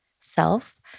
self